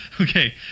Okay